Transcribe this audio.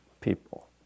people